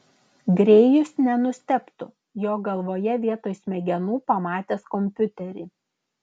grėjus nenustebtų jo galvoje vietoj smegenų pamatęs kompiuterį